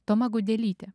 toma gudelytė